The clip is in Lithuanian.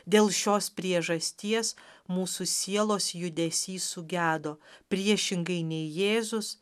dėl šios priežasties mūsų sielos judesys sugedo priešingai nei jėzus